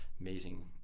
amazing